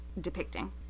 depicting